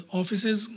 offices